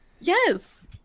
Yes